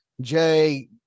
Jay